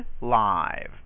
live